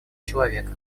человека